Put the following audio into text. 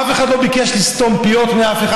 אף אחד לא ביקש לסתום פיות של אף אחד.